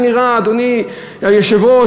אדוני היושב-ראש,